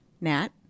Nat